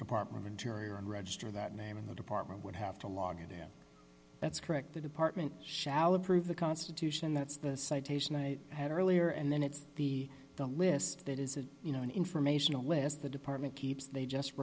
department interior and register that name in the department would have to log them that's correct the department shall approve the constitution that's the citation i had earlier and then it's the the list that is you know an informational list the department keeps they just